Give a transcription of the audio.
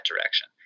direction